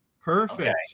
Perfect